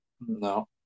No